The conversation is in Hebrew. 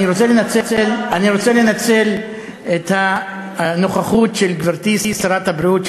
אני רוצה לנצל את הנוכחות של גברתי שרת הבריאות,